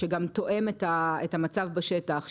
גם תואם את המצב בשטח,